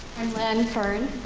i'm lynn fern.